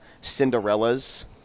Cinderella's